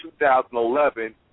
2011